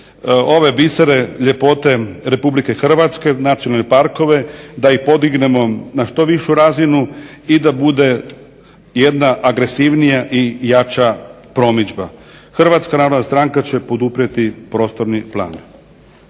ove bisere ljepote Republike Hrvatske, nacionalne parkove da ih podignemo na što višu razinu i da bude jedna agresivnija i jača promidžba. Hrvatska narodna stranka će poduprijeti prostorni plan.